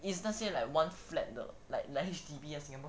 is 那些 like one flat 的 like H_D_B 那些 lor